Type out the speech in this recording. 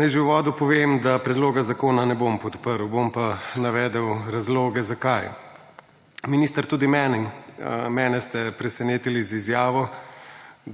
Naj že v uvodu povem, da predloga zakona ne bom podprl, bom pa navedel razloge zakaj. Minister, tudi mene ste presenetili z izjavo,